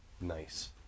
Nice